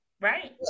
Right